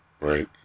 right